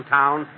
town